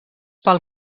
pel